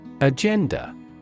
Agenda